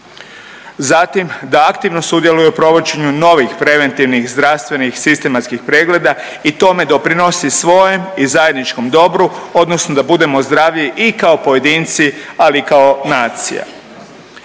Zatim da aktivno sudjeluje u provođenju novih preventivnih zdravstvenih sistematskih pregleda i tome doprinosi svojem i zajedničkom dobru odnosno da budemo zdravi i kako pojedinci, ali i kao nacija.